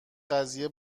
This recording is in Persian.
قضیه